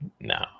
No